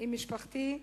עם משפחתי,